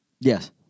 Yes